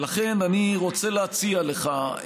ולכן אני רוצה להציע לך,